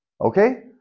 okay